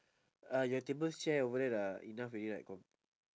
ah ya timbre's chair over there lah enough already lah aircon